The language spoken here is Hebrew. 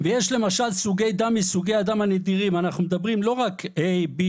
יש למשל, סוגי דם נדירים לא רק A, B,